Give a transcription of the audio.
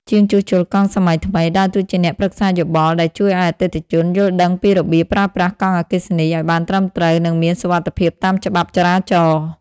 ជាងជួសជុលកង់សម័យថ្មីដើរតួជាអ្នកប្រឹក្សាយោបល់ដែលជួយឱ្យអតិថិជនយល់ដឹងពីរបៀបប្រើប្រាស់កង់អគ្គិសនីឱ្យបានត្រឹមត្រូវ និងមានសុវត្ថិភាពតាមច្បាប់ចរាចរណ៍។